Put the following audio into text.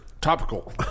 topical